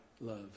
love